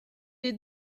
est